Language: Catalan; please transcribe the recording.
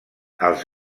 els